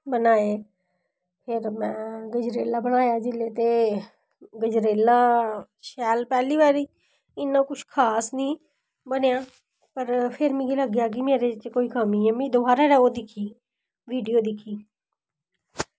बनाये फिर में गजरेला बनाया जेल्लै ते गजरेला शैल पैह्ली बारी इन्ना कुछ खास निं बनेआ फिर मिगी लग्गेआ कि मेरे च कोई कमी ऐ फिर में दोआरै ओह् दिक्खी वीडियो दिक्खी